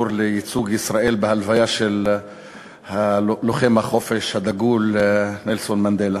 לייצוג ישראל בהלוויה של לוחם החופש הדגול נלסון מנדלה.